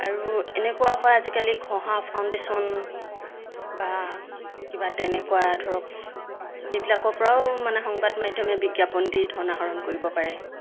আৰু এনেকুৱাও হয় আজিকালি ঘঁহা ফাউণ্ডেশ্যন বা কিবা তেনেকুৱা ধৰক এইবিলাকৰপৰাও মানে সংবাদ মাধ্যমে বিজ্ঞাপন দি ধন আহৰণ কৰিব পাৰে